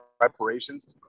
Preparations